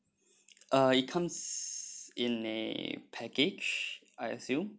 uh it comes in a package I assume